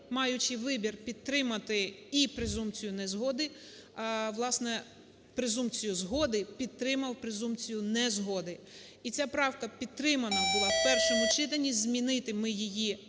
маючи вибір підтримати і презумпцію незгоди, власне, презумпцію згоди, підтримав презумпцію незгоди. І ця правка підтримана була в першому читанні. Змінити ми її